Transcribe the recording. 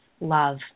love